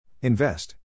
Invest